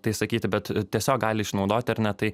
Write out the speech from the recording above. tai sakyti bet tiesiog gali išnaudoti ar ne tai